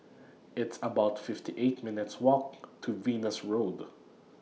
It's about fifty eight minutes' Walk to Venus Road